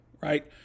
right